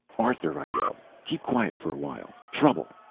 arthur! i yelled. keep quiet for a while trouble!